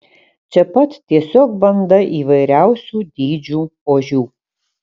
čia pat tiesiog banda įvairiausių dydžių ožių